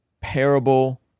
parable